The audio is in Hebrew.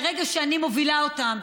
מהרגע שאני מובילה אותם,